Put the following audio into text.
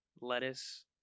lettuce